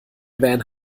van